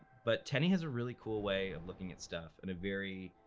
but tenney has a really cool way of looking at stuff, and a very